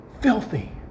Filthy